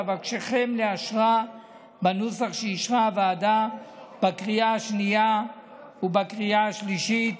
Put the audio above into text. ואבקשכם לאשרה בנוסח שאישרה הוועדה בקריאה השנייה ובקריאה השלישית.